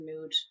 mood